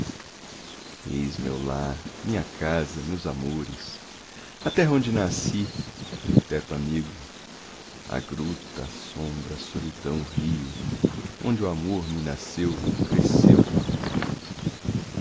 meu lar minha casa meus amores a terra onde nasci meu teto amigo a gruta a sombra a solidão o rio onde o amor me nasceu cresceu comigo